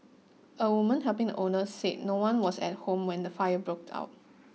a woman helping the owner said no one was at home when the fire broke out